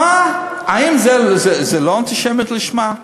האם זאת לא אנטישמיות לשמה?